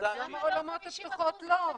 אז למה האולמות הפתוחים לא?